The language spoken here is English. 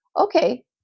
Okay